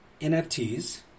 NFTs